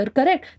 Correct